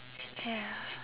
ya